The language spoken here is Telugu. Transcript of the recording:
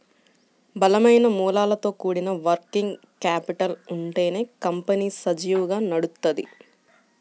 బలమైన మూలాలతో కూడిన వర్కింగ్ క్యాపిటల్ ఉంటేనే కంపెనీ సజావుగా నడుత్తది